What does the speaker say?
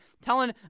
telling